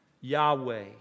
Yahweh